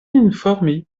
informi